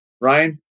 Ryan